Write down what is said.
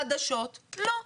חדשות לא.